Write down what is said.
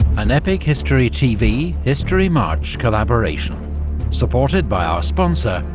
an epic history tv historymarche collaboration supported by our sponsor,